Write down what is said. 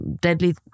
deadly